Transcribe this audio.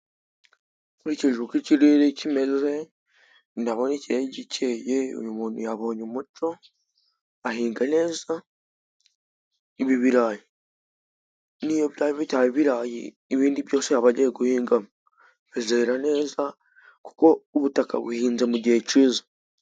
Nkurikije uko ikirere kimeze ndabona ikirere gikeye, uyu muntu yabonye umuco ahinga neza ibi birayi n'iyo bitaba ibirayi, ibindi byose yaba agiye guhinga bizere neza kuko ubutaka buhinze mu gihe c'izuba.